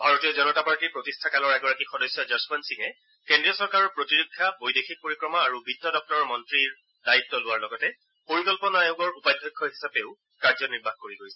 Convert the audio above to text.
ভাৰতীয় জনতা পাৰ্টীৰ প্ৰতিষ্ঠা কালৰ এগৰাকী সদস্য যশৱন্ত সিঙে কেন্দ্ৰীয় চৰকাৰৰ প্ৰতিৰক্ষা বৈদেশিক পৰিক্ৰমা আৰু বিত্ত দপ্তৰৰ মন্নীৰ দায়িত্ব লোৱাৰ লগতে পৰিকল্পনা আয়োগৰ উপাধ্যক্ষ হিচাপেও কাৰ্যনিৰ্বাহ কৰি গৈছে